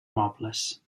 mobles